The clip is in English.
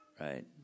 Right